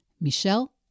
Michelle